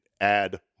add